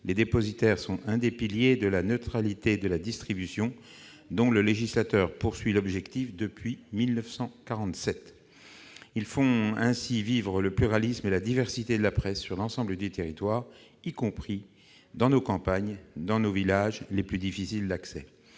les dépositaires sont un des piliers de la neutralité de la distribution, objectif que le législateur vise depuis 1947. Ils font ainsi vivre le pluralisme et la diversité de la presse sur l'ensemble du territoire, y compris dans nos campagnes et nos villages les plus difficiles d'accès.